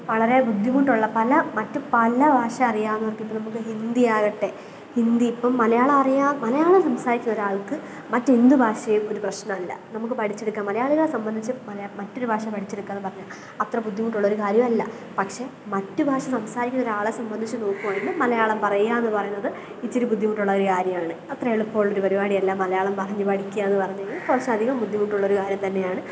വളരെ ബുദ്ധിമുട്ടുള്ള പല മറ്റ് പല ഭാഷ അറിയാവുന്നവര്ക്കിപ്പം നമുക്ക് ഹിന്ദിയാകട്ടെ ഹിന്ദി ഇപ്പം മലയാളം അറിയാം മലയാളം സംസാരിച്ച ഒരാള്ക്ക് മറ്റെന്ത് ഭാഷയും ഒരു പ്രശ്നമല്ല നമുക്ക് പഠിച്ചെടുക്കാം മലയാളികളെ സംബന്ധിച്ച് മലയാളം മറ്റൊരു ഭാഷ പഠിച്ചെടുക്കുകയെന്ന് പറഞ്ഞാല് അത്ര ബുദ്ധിമുട്ടുള്ളൊരു കാര്യമല്ല പക്ഷെ മറ്റ് ഭാഷ സംസാരിക്കുന്ന ഒരാളെ സംബന്ധിച്ച് നോക്കുകയാണെങ്കിൽ മലയാളം പറയുകയെന്ന് പറയുന്നത് ഇച്ചിരി ബുദ്ധിമുട്ടുള്ളൊരു കാര്യമാണ് അത്ര എളുപ്പമുള്ളൊരു പരുപാടിയല്ല മലയാളം പറഞ്ഞു പഠിക്കുകയെന്ന് പറഞ്ഞുകഴിഞ്ഞാൽ കുറച്ചധികം ബുദ്ധിമുട്ടുള്ളൊരു കാര്യം തന്നെയാണ്